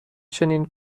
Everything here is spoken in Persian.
چنین